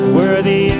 worthy